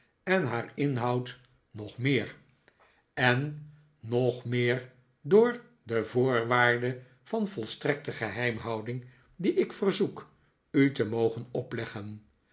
en haar inhoud nog meer en nog meer door de voorwaarde van volstrekte geheimhouding die ik verzoek u te mogen opleggen